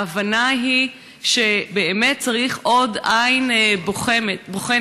ההבנה היא שבאמת צריך עוד עין בוחנת.